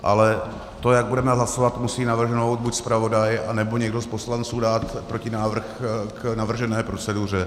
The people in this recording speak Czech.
Ale to, jak budeme hlasovat, musí navrhnout buď zpravodaj, anebo někdo z poslanců dát protinávrh k navržené proceduře.